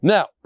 Now